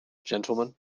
gentlemen